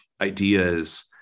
ideas